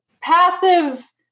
Passive